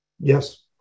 Yes